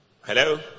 Hello